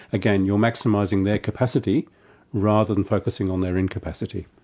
again you're maximising their capacity rather than focussing on their incapacity.